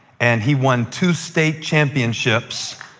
and he won two state championships.